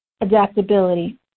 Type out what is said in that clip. adaptability